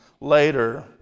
later